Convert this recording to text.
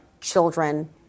children